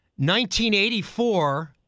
1984